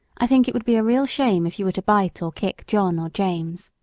i think it would be a real shame if you were to bite or kick john or james.